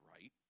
right